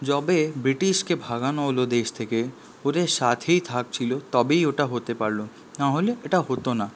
যবে ব্রিটিশকে ভাগানো হলো দেশ থেকে ওরা সাথেই থাকছিলো তবেই ওটা হতে পারলো না হলে এটা হতো না